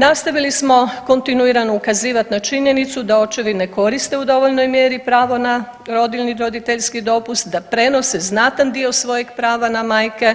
Nastavili smo kontinuirano ukazivati na činjenicu da očevi ne koriste u dovoljnoj mjeri pravo na rodiljni, roditeljski dopust, da prenose znatan dio svojeg prava na majke